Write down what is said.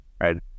right